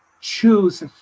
choose